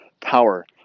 power